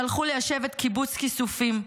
שהלכו ליישב את קיבוץ כיסופים.